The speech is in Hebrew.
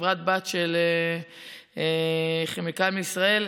חברת בת של כימיקלים לישראל,